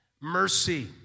mercy